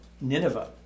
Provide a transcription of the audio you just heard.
Nineveh